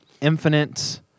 infinite